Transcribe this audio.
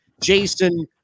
Jason